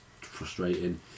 frustrating